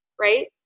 right